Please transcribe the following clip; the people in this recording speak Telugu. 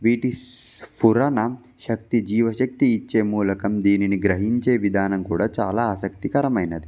వీటి స్ఫురణ శక్తి జీవశక్తి ఇచ్చే మూలకం దీనిని గ్రహించే విధానం కూడా చాలా ఆసక్తికరమైనది